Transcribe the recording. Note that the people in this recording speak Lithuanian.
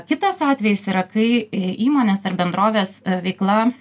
kitas atvejis yra kai į įmonės ar bendrovės veikla